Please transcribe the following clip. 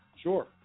Sure